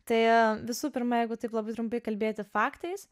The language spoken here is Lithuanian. tai visų pirma jeigu taip labai trumpai kalbėti faktais